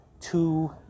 Two